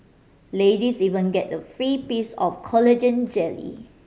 ladies even get a free piece of collagen jelly